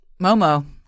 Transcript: Momo